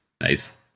Nice